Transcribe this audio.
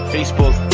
Facebook